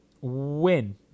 win